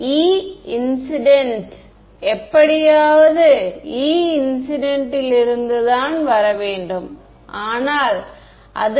எனவே எங்கள் time convention e jt ஆக இருந்தது